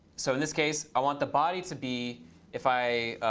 so in this case, i want the body to be if i